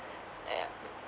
!aiya!